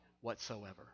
whatsoever